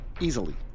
Easily